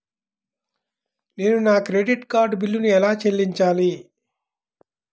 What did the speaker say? నేను నా credit card బిల్లును ఎలా చెల్లించాలీ?